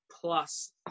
plus